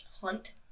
hunt